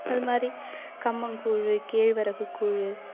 அது மாதிரி கம்மங்கூழ் கேழ்வரகு கூழ்